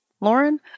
Lauren